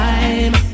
Time